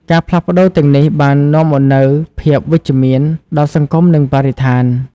ការផ្លាស់ប្តូរទាំងនេះបាននាំមកនូវភាពវិជ្ជមានដល់សង្គមនិងបរិស្ថាន។